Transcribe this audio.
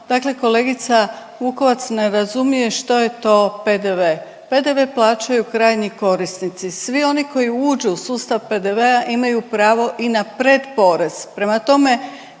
Dakle kolegica Vukovac ne razumije što je to PDV. PDV plaćaju krajnji korisnici. Svi oni koji uđu u sustav PDV-a imaju pravo i na pred porez. Prema tome